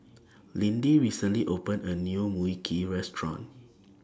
Lindy recently opened A New Mui Kee Restaurant